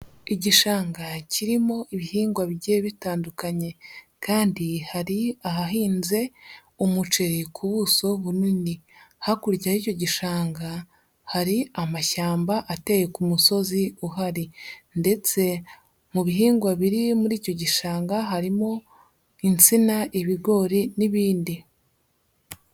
Igishanga kirimo ibihingwa bigiye bitandukanye kandi hari ahahinze umuceri ku buso bunini, hakurya y'icyo gishanga hari amashyamba ateye ku musozi uhari ndetse mu bihingwa biri muri icyo gishanga harimo insina, ibigori n'ibindi.